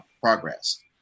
progress